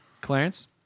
Clarence